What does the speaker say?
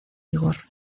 igor